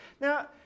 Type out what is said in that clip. Now